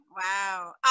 Wow